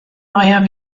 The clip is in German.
neuer